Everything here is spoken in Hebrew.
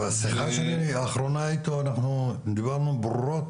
בשיחה שלי האחרונה איתו אנחנו דיברנו ברורות,